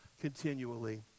continually